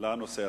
לנושא הזה.